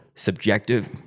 Subjective